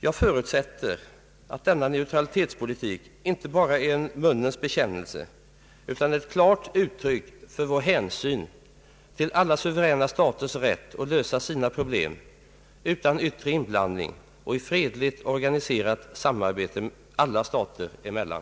Jag förutsätter att denna neutralitetspolitik inte bara är en läpparnas bekännelse utan ett klart uttryck för vår hänsyn till alla suveräna staters rätt att lösa sina problem utan yttre inblandning och i fredligt och organiserat samarbete alla stater emellan.